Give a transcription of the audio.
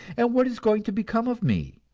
and what is going to become of me?